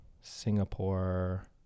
Singapore